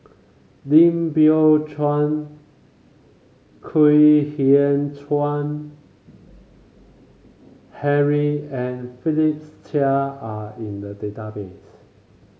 Lim Biow Chuan Kwek Hian Chuan Henry and Philip Chia are in the database